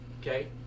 Okay